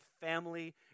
family